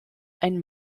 einen